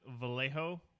Vallejo